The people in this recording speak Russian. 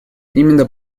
именно